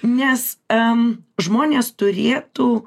nes em žmonės turėtų